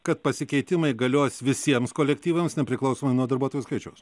kad pasikeitimai galios visiems kolektyvams nepriklausomai nuo darbuotojų skaičiaus